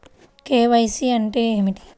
KYC అంటే ఏమిటి?